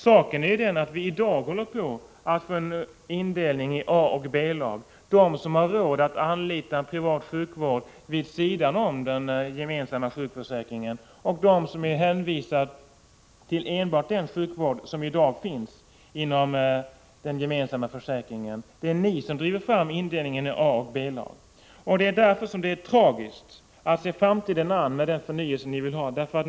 Saken är den att vi i dag håller på att få en indelning i A och B-lag —- de som har råd att anlita privat sjukvård vid sidan om den gemensamma sjukförsäkringen och de som är hänvisade till enbart den sjukvård som i dag finns inom den gemensamma försäkringen. Det är ni som driver fram indelningen i A och B-lag, och det är därför det är tragiskt att se framtiden an med den förnyelse ni vill ha.